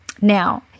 Now